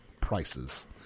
prices